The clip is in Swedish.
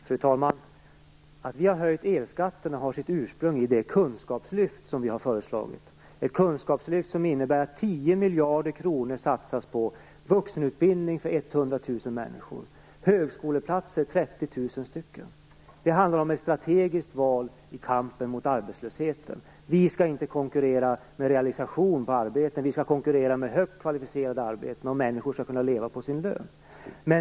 Fru talman! Att vi har höjt elskatterna har sitt ursprung i det kunskapslyft som vi har föreslagit, ett kunskapslyft som innebär att 10 miljarder kronor satsas på vuxenutbildning för 100 000 människor och på högskoleplatser för 30 000 människor. Det handlar om ett strategiskt val i kampen mot arbetslösheten. Vi skall inte konkurrera med realisation på arbeten. Vi skall konkurrera med högt kvalificerade arbeten. Människor skall också kunna leva på sin lön.